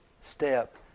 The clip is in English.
step